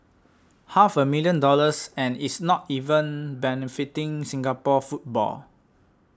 half a million dollars and it's not even benefiting Singapore football